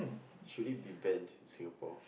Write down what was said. should it be ban in Singapore